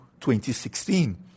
2016